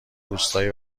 روستایی